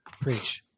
Preach